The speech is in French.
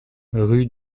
rue